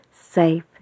safe